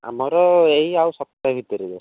ଆମର ଏଇ ଆଉ ସପ୍ତାହେ ଭିତରେ ଜଷ୍ଟ